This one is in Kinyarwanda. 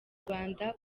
rwanda